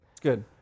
Good